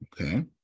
Okay